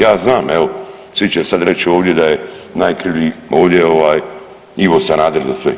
Ja znam evo, svi će sada reći ovdje da je najkrivlji ovdje Ivo Sanader za sve.